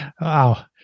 wow